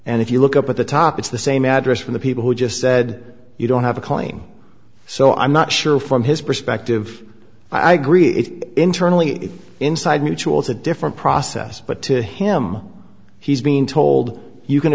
and if you look up at the top it's the same address from the people who just said you don't have a calling so i'm not sure from his perspective i agree internally inside mutual it's a different process but to him he's being told you can